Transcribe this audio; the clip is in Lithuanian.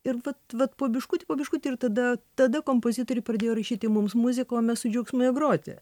ir vat vat po biškutį po biškutį ir tada tada kompozitoriai pradėjo rašyti mums muziką o mes su džiaugsmu ją groti